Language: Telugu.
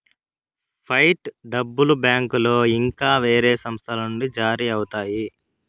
ఫైట్ డబ్బును బ్యాంకులో ఇంకా వేరే సంస్థల నుండి జారీ అవుతాయి